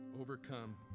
Overcome